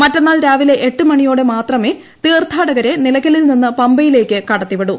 മറ്റന്നാൾ രാവിലെ ഏട്ട് മണിയോടെ മാത്രമേ തീർത്മാടകരെ നിലയ്ക്കലിൽ നിന്ന് പമ്പയിലേക്ക് കടത്തിവിടൂ